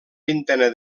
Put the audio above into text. vintena